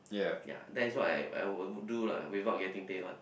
yea that's why I I would I would do lah without getting paid one